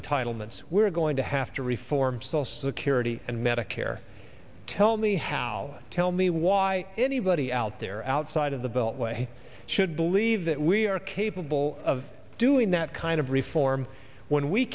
entitlements we're going to have to reform social security and medicare tell me how tell me why anybody out there outside of the beltway should believe that we are capable of doing that kind of reform when we